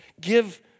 Give